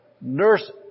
nurse